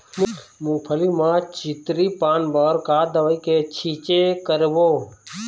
मूंगफली म चितरी पान बर का दवई के छींचे करबो?